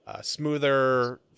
Smoother